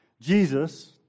Jesus